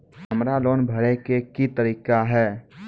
हमरा लोन भरे के की तरीका है?